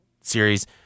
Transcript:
series